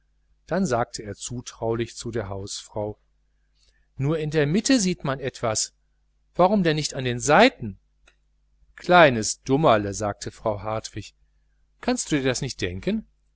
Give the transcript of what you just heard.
dann sagte er zutraulich zu der hausfrau nur in der mitte sieht man etwas warum denn nicht an den seiten kleines dummerle sagte frau hartwig kannst du dir das nicht denken